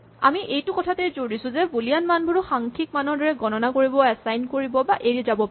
আমি এইটো কথাতেই জোৰ দিছো যে বুলিয়ান মানবোৰো সাংখ্যিক মানৰ দৰে গণনা কৰিব এচাইন কৰিব এৰি যাব পাৰি